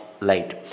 light